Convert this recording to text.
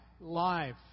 life